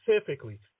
specifically